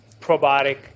probiotic